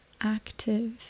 active